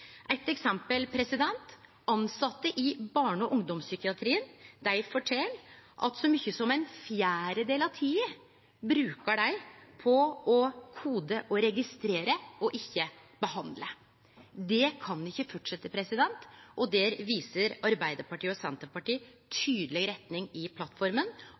i barne- og ungdomspsykiatrien fortel at dei brukar så mykje som ein fjerdedel av tida på å kode og registrere og ikkje på å behandle. Det kan ikkje fortsetje, og der viser Arbeidarpartiet og Senterpartiet tydeleg retning i plattforma.